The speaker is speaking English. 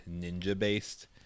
ninja-based